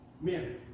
Men